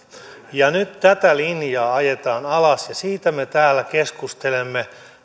nyt tätä linjaa ajetaan alas ja siitä me täällä keskustelemme